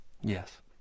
Yes